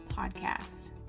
podcast